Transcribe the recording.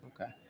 Okay